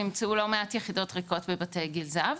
נמצאו לא מעט יחידות ריקות בבתי גיל הזהב,